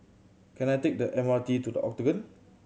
can I take the M R T to The Octagon